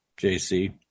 JC